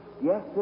Yes